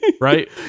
right